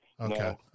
Okay